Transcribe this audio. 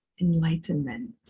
enlightenment